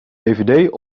dvd